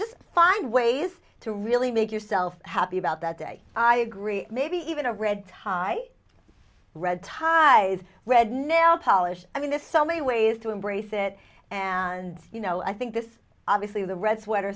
just find ways to really make yourself happy about that day i agree maybe even a red tie red ties red nail polish i mean this so many ways to embrace it and you know i think this is obviously the red sweater